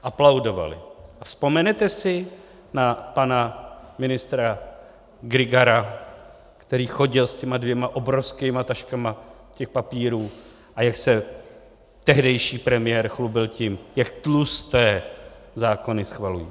A vzpomenete si na pana ministra Grygara, který chodil s těmi dvěma obrovskými taškami těch papírů, a jak se tehdejší premiér chlubil tím, jak tlusté zákony schvalují.